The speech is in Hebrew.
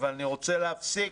אבל אני רוצה להפסיק